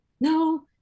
No